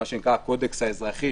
מה שנקרא "הקודקס האזרחי",